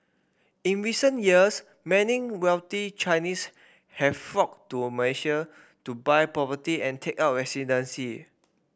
in recent years many wealthy Chinese have flocked to Malaysia to buy property and take up residency